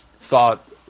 thought